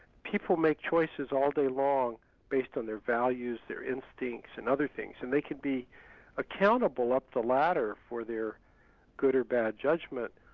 people make choices all day long based on their values, their instincts and other things, and they could be accountable up the ladder for their good or bad judgment.